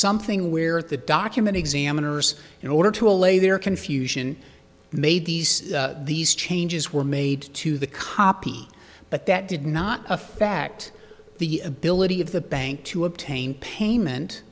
something where the document examiners in order to allay their confusion made these these changes were made to the copy but that did not affect the ability of the bank to obtain payment